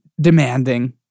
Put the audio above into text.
demanding